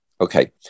Okay